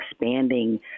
expanding